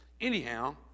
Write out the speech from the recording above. Anyhow